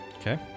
Okay